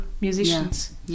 musicians